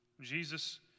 Jesus